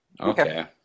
Okay